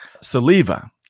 Saliva